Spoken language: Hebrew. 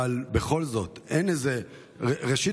ראשית,